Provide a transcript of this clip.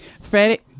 Freddie